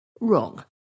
wrong